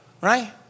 right